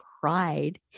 cried